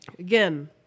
Again